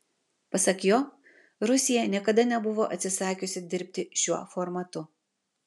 pasak jo rusija niekada nebuvo atsisakiusi dirbti šiuo formatu